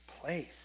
place